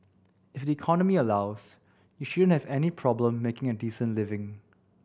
if the economy allows you shouldn't have any problem making a decent living